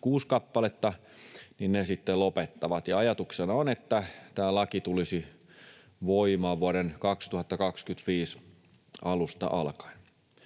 kuusi kappaletta, lopettavat, ja ajatuksena on, että tämä laki tulisi voimaan vuoden 2025 alusta alkaen.